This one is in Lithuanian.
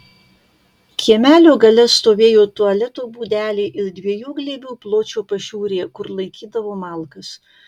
kiemelio gale stovėjo tualeto būdelė ir dviejų glėbių pločio pašiūrė kur laikydavo malkas